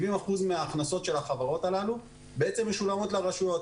70% מההכנסות של החברות הללו משולמות לרשויות.